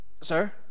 sir